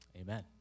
Amen